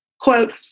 quote